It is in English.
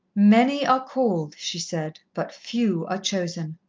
many are called, she said, but few are chosen.